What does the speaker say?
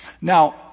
Now